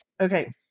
Okay